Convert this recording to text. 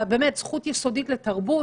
באמת זכות יסודית, לתרבות,